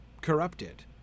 corrupted